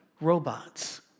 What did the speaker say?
robots